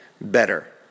better